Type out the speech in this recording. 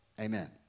Amen